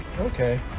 Okay